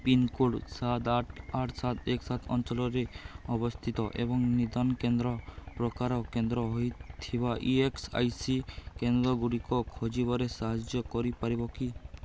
pincode ସାତ ଆଠ ଆଠ ସାତ ଏକ ସାତ ଅଞ୍ଚଳରେ ଅବସ୍ଥିତ ଏବଂ ନିଦାନ କେନ୍ଦ୍ର ପ୍ରକାର କେନ୍ଦ୍ର ହେଇଥିବା ଇ ଏସ୍ ଆଇ ସି କେନ୍ଦ୍ରଗୁଡ଼ିକ ଖୋଜିବାରେ ସାହାଯ୍ୟ କରିପାରିବ କି